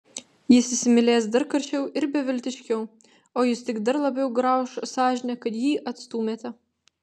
jis įsimylės dar karščiau ir beviltiškiau o jus tik dar labiau grauš sąžinė kad jį atstumiate